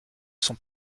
sont